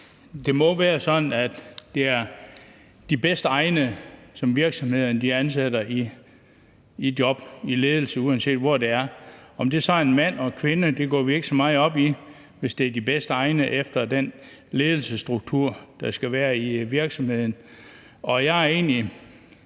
det må være sådan, at det er de bedst egnede, som virksomhederne ansætter i job i ledelsen, uanset hvor det er. Om det så er en mand eller en kvinde, går vi ikke så meget op i, hvis det er de bedst egnede i den ledelsesstruktur, der skal være i virksomheden. Jeg er egentlig